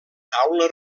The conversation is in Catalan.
taula